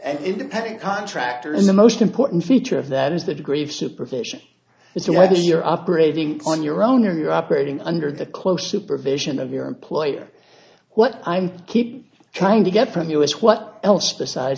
an independent contractor and the most important feature of that is the degree of supervision is that when you're operating on your own or you're operating under the close a provision of your employer what i'm keep trying to get from you is what else besides